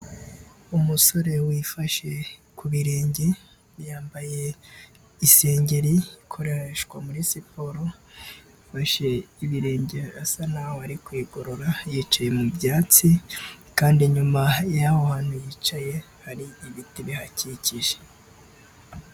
Umusore wifashe ku birenge, yambaye isengeri ikoreshwa muri siporo, afashe ibirenge, asa n'aho ari kwigorora, yicaye mu byatsi, kandi inyuma y'aho hantu yicaye hari ibiti bihakikije.